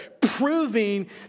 Proving